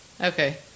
okay